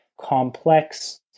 complex